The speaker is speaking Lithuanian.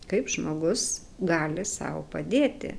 kaip žmogus gali sau padėti